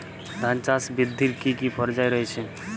ধান চাষ বৃদ্ধির কী কী পর্যায় রয়েছে?